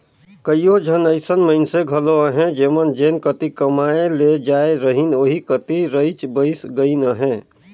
कइयो झन अइसन मइनसे घलो अहें जेमन जेन कती कमाए ले जाए रहिन ओही कती रइच बइस गइन अहें